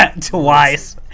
twice